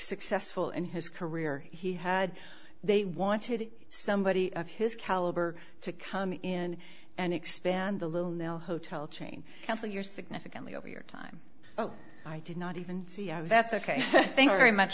successful in his career he had they wanted somebody of his caliber to come in and expand the little nail hotel chain cancel your significantly over your time i did not even see i was that's ok